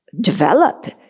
develop